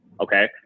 Okay